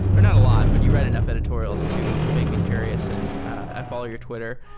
or not a lot, but you read enough editorials to make me curious. and i follow your twitter,